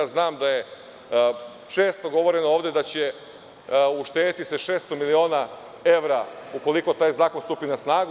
Znam da je često govoreno ovde da će se uštedeti 600 miliona evra ukoliko taj zakon stupi na snagu.